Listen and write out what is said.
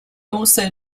also